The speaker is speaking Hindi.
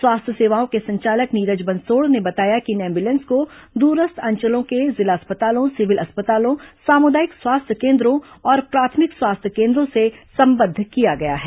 स्वास्थ्य सेवाओं के संचालक नीरज बंसोड़ ने बताया कि इन एंबुलेंस को दूरस्थ अंचलों के जिला अस्पतालों सिविल अस्पतालों सामुदायिक स्वास्थ्य केंद्रों और प्राथमिक स्वास्थ्य केंद्रों से संबद्व किया गया है